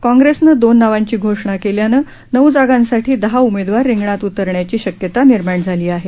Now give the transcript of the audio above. काँग्रेसने दोन नावांची घोषणा केल्याने नऊ जागांसाठी दहा उमेदवार रिंगणात उतरण्याची शक्यता निर्माण झाली आहे